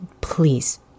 please